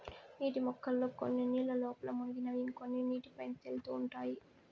నీటి మొక్కల్లో కొన్ని నీళ్ళ లోపల మునిగినవి ఇంకొన్ని నీటి పైన తేలుతా ఉంటాయి